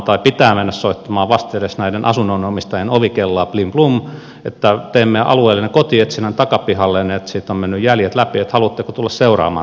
poliisin pitää mennä soittamaan vastedes näiden asunnonomistajien ovikelloa blim blum että teemme alueellenne kotietsinnän takapihallenne että siitä on mennyt jäljet läpi että haluatteko tulla seuraamaan tätä kotietsintää